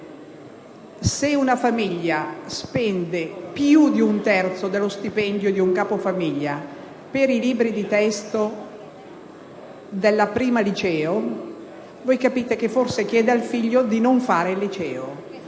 cicli. Se una famiglia spende più di un terzo dello stipendio di un capofamiglia per i libri di testo del primo anno di liceo, forse chiederà al figlio di non frequentare il liceo.